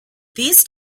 these